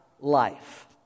life